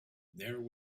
there